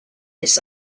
this